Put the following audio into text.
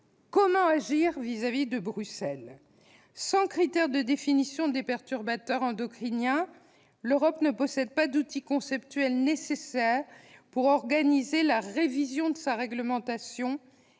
comment agir vis-à-vis de Bruxelles ? Sans critères de définition des perturbateurs endocriniens, l'Europe ne possède pas l'outil conceptuel nécessaire pour organiser la révision de sa réglementation